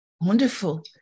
wonderful